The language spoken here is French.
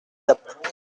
gap